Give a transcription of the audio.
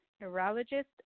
neurologist